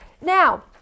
Now